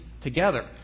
together